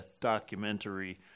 documentary